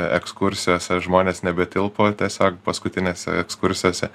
ekskursijose žmonės nebetilpo tiesiog paskutinėse ekskursijose